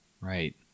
right